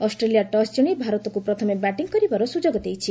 Australia toss ଜିଶି ଭାରତକ୍ର ପ୍ରଥମେ ବ୍ୟାଟିଂ କରିବାର ସୁଯୋଗ ଦେଇଛି